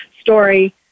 story